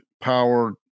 power